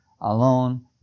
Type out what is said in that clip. alone